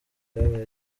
yabaye